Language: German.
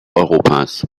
europas